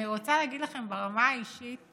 אני רוצה להגיד לכם ברמה האישית